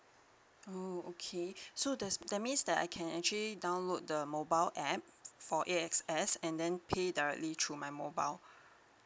oo okay so that's that means that I can actually download the mobile app for A_X_S and then pay directly through my mobile